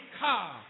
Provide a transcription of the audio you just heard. car